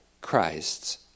Christ's